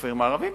בכפרים הערביים.